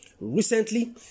Recently